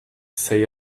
say